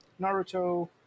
Naruto